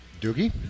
Doogie